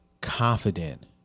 confident